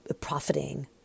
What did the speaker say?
profiting